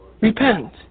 repent